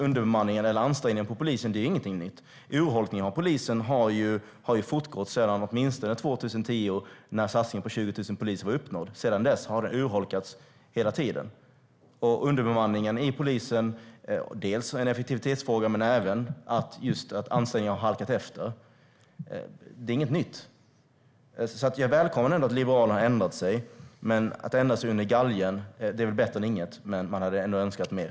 Underbemanningen och ansträngningen hos polisen är inget nytt. Urholkningen av polisen har fortgått sedan åtminstone 2010, när satsningen på 20 000 poliser var uppnådd. Sedan dess har polisen urholkats hela tiden. Underbemanningen i polisen är dels en effektivitetsfråga, dels en fråga om att ansträngningen har halkat efter. Det är inget nytt. Jag välkomnar att Liberalerna har ändrat sig. Det är bättre än inget att ändra sig under galgen, men man hade ändå önskat mer.